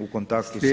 u kontaktu sa smećem.